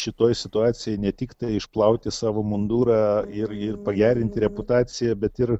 šitoj situacijoj ne tiktai išplauti savo mundurą ir ir pagerinti reputaciją bet ir